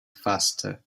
faster